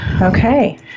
Okay